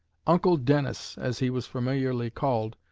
uncle dennis, as he was familiarly called,